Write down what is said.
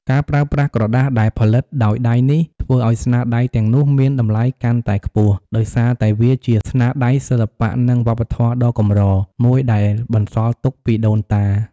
ការប្រើប្រាស់ក្រដាសដែលផលិតដោយដៃនេះ ធ្វើឱ្យស្នាដៃទាំងនោះមាន តម្លៃកាន់តែខ្ពស់ ដោយសារតែវាជា ស្នាដៃសិល្បៈ និងវប្បធម៌ដ៏កម្រ មួយដែលបន្សល់ទុកពីដូនតា។